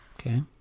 Okay